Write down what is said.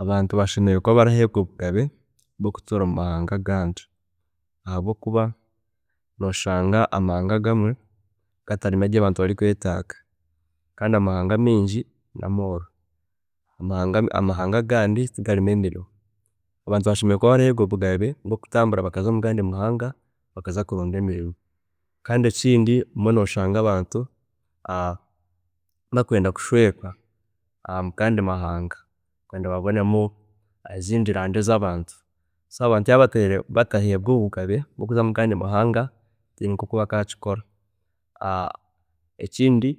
﻿Abantu bashemereire kuba baraheebwa obugabe kutura mumahanga agandi ahabwokuba noshanga amahanga agamwe gatarimu ebi abantu bari kwetaaga, amahanga amingi namooro, amahanga amahanga agandi tigarimu emirimo, abantu bashemereire kuba baraheebwa obugabe bwokutambura bakagyenda omumahanga agandi bakaza kurondamu emirimo, kandi ekindi obumwe noshanga abantu bakwenda kushweera omugandi mahanga kugira ngu babaoneyo ezindi rangi, so abantu yaaba batahiirwe batahiirwe obugabe bwokuza mugandi mahanga tiheine nkoku bakakikora, ekindi